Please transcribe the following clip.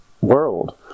world